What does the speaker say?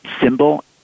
symbol